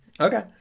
Okay